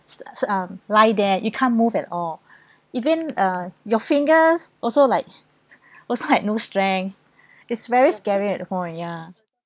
um lie there you can't move at all even uh your fingers also like also like no strength is very scary at a point ya